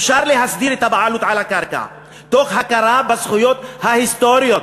אפשר להסדיר את הבעלות על הקרקע תוך הכרה בזכויות ההיסטוריות